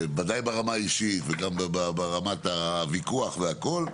בוודאי ברמה האישית, בוודאי ברמת הוויכוח והכל.